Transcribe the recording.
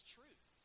truth